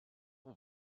will